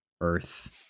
Earth